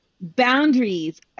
boundaries